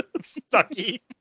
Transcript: Stucky